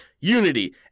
unity